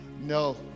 no